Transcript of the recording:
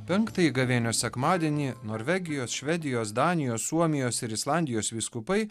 penktąjį gavėnios sekmadienį norvegijos švedijos danijos suomijos ir islandijos vyskupai